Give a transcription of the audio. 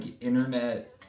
internet